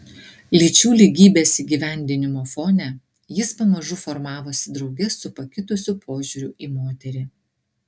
lyčių lygybės įgyvendinimo fone jis pamažu formavosi drauge su pakitusiu požiūriu į moterį